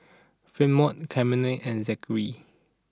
Fremont Camryn and Zachary